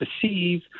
perceive